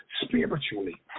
spiritually